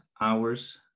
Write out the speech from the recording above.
hours